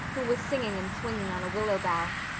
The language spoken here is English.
who was singing and swinging on a willow bough,